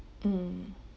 mm